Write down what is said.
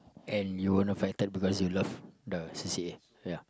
and you were affected because you love the c_c_a ya